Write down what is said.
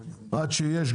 עד שיש,